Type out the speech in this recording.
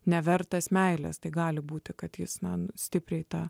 nevertas meilės tai gali būti kad jis na stipriai tą